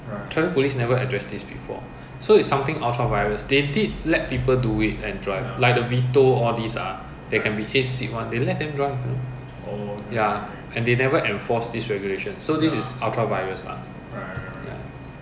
ya so it's spacious big and all but it didn't make it to singapore because I think L_T_A doesn't allowed to our market it err probably due to the number of seats is a lot so it become like bus so they don't allow them to be registered as S plate but then the china [one] come in can leh